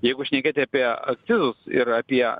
jeigu šnekėti apie akcizus ir apie